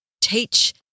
teach